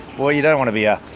well, you don't want to be a